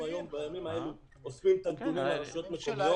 בימים האלה אנחנו אוספים את הנתונים מהרשויות המקומיות.